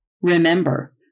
Remember